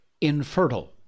infertile